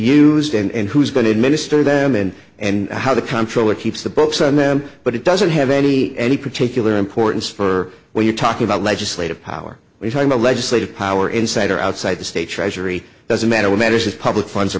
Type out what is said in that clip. used and who's going to administer them and and how the comptroller keeps the books on them but it doesn't have any any particular importance for when you talk about legislative power we talk about legislative power inside or outside the state treasury doesn't matter what matters is public funds